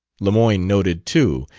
lemoyne noted, too,